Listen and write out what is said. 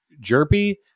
jerpy